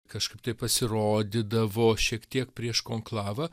kažkaip tai pasirodydavo šiek tiek prieš konklavą